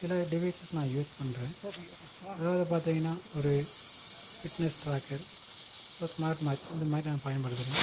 சில டிவைசஸ் நான் யூஸ் பண்ணுறேன் அதாது பார்த்தீங்கன்னா ஒரு ஃபிட்னஸ் ட்ராக்கர் ஒரு ஸ்மார்ட் வாட்ச் இந்தமாதிரி நான் பயன்படுத்துகிறேன்